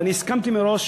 ואני הסכמתי מראש